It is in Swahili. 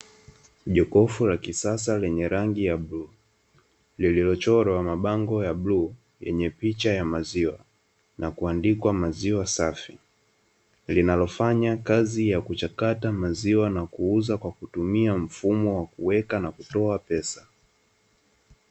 Jokofu la kisasa lenye rangi ya bluu, lililochorwa mabango ya bluu yenye picha ya maziwa, na kuandikwa maziwa safi. Linalifanya kazi ya kuchakata maziwa na kuuza maziwa, kwa kutumia mfumo wa kuweka na kutoa pesa.